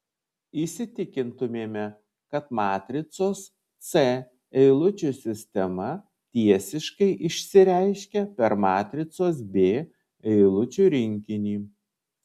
įsitikintumėme kad matricos c eilučių sistema tiesiškai išsireiškia per matricos b eilučių rinkinį